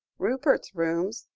rupert's rooms,